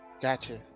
gotcha